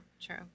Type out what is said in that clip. true